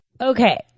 okay